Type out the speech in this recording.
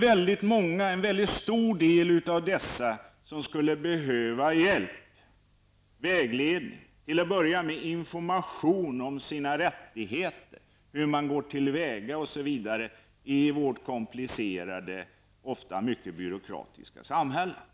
En stor del av dem skulle behöva hjälp och vägledning och till att börja med information om sina rättigheter och om hur man skall gå till väga i vårt komplicerade, ofta mycket byråkratiska samhälle.